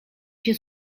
się